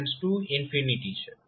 એ જ રીતે V0 શું છે